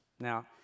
Now